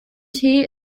tee